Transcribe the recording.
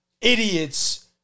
idiots